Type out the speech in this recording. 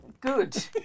Good